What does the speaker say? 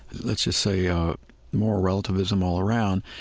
let's just say, ah moral relativism all around,